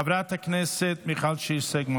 חברת הכנסת מיכל שיר סגמן,